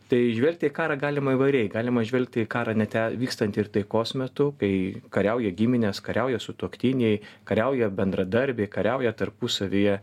tai žvelgti į karą galima įvairiai galima žvelgti į karą ne te vykstantį ir taikos metu kai kariauja giminės kariauja sutuoktiniai kariauja bendradarbiai kariauja tarpusavyje